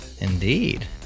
Indeed